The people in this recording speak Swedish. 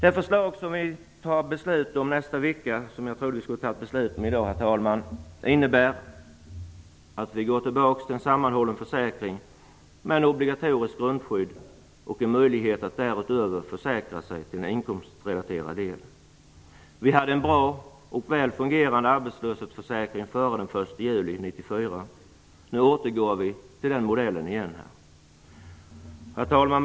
Det förslag som vi fattar beslut om nästa vecka, och som jag trodde att vi skulle fatta beslut om i dag, innebär att vi går tillbaks till en sammanhållen försäkring med ett obligatoriskt grundskydd och en möjlighet att därutöver försäkra sig för en inkomstrelaterad del. Vi hade en bra och väl fungerande arbetslöshetsförsäkring före den 1 juli 1994. Nu återgår vi till den modellen igen. Herr talman!